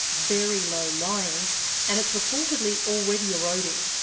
very low lying and it's reportedly already eroding,